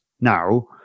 now